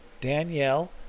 Danielle